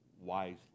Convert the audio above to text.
wisely